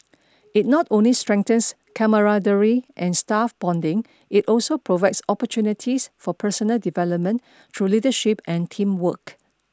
it not only strengthens camaraderie and staff bonding it also provides opportunities for personal development through leadership and teamwork